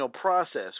process